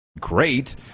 great